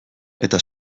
eta